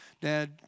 dad